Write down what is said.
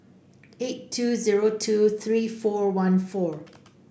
eight two zero two three four one four